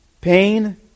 pain